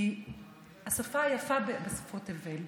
היא השפה היפה בשפות תבל.